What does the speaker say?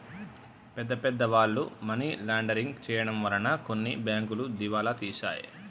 పెద్ద పెద్ద వాళ్ళు మనీ లాండరింగ్ చేయడం వలన కొన్ని బ్యాంకులు దివాలా తీశాయి